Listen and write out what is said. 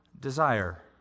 desire